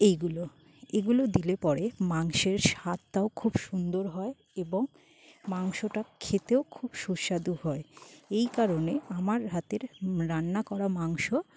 এইগুলো এইগুলো দিলে পড়ে মাংসের স্বাদটাও খুব সুন্দর হয় এবং মাংসটা খেতেও খুব সুস্বাদু হয় এই কারণে আমার হাতের রান্না করা মাংস